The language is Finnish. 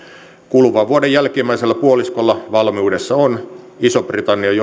kuluvan vuoden jälkimmäisellä puoliskolla valmiudessa on ison britannian